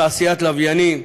תעשיית לוויינים,